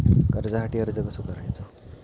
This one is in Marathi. कर्जासाठी अर्ज कसो करायचो?